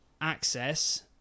access